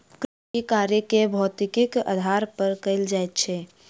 कृषिकार्य के भौतिकीक आधार पर कयल जाइत छै